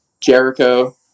Jericho